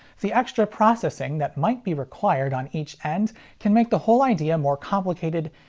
the extra processing that might be required on each end can make the whole idea more complicated,